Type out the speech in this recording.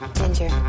ginger